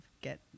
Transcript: get